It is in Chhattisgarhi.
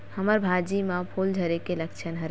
हमर भाजी म फूल झारे के लक्षण का हरय?